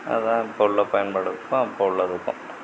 அதான் இப்போது உள்ள பயன்பாட்டுக்கும் அப்போ உள்ளதுக்கும்